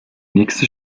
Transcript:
nächste